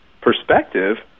perspective